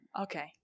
Okay